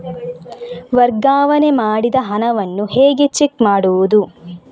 ವರ್ಗಾವಣೆ ಮಾಡಿದ ಹಣವನ್ನು ಹೇಗೆ ಚೆಕ್ ಮಾಡುವುದು?